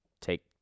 take